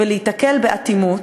ולהיתקל באטימות,